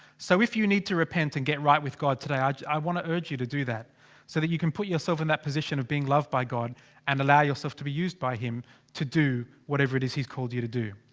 so if you need to repent and get right with god today. i wanna urge you to do that so that you can put yourself in that position of being. loved by god and allow yourself to be used by him to do whatever it is he's called you to do.